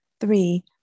Three